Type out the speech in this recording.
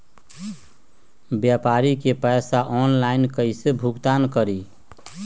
व्यापारी के पैसा ऑनलाइन कईसे भुगतान करी?